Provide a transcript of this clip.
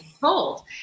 told